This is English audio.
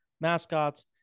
mascots